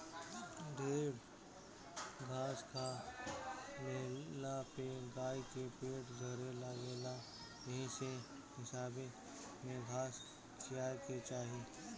ढेर घास खा लेहला पे गाई के पेट झरे लागेला एही से हिसाबे में घास खियावे के चाही